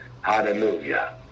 hallelujah